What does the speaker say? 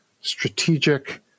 strategic